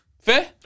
Fair